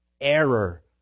error